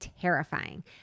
terrifying